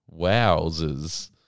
wowzers